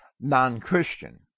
non-Christian